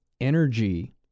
energy